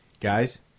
guys